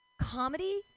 Comedy